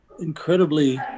incredibly